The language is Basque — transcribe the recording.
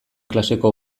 klaseko